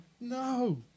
no